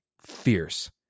fierce